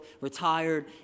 retired